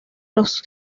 los